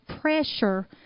pressure